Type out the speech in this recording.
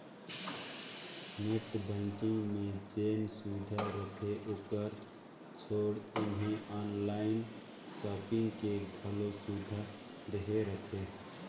net banking मे जेन सुबिधा रहथे ओकर छोयड़ ऐम्हें आनलाइन सापिंग के घलो सुविधा देहे रहथें